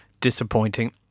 disappointing